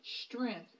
strength